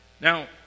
Now